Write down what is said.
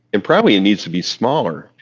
it probably and needs to be smaller.